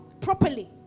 properly